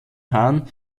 hahn